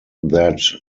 that